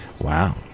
Wow